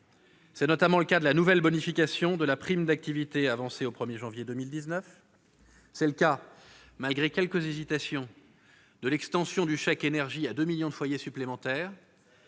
C'est notamment le cas de la nouvelle bonification de la prime d'activité avancée au 1 janvier 2019. C'est aussi le cas, malgré quelques hésitations, de l'extension du chèque énergie à 2 millions de foyers supplémentaires,